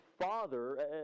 father